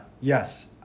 yes